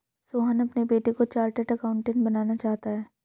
सोहन अपने बेटे को चार्टेट अकाउंटेंट बनाना चाहता है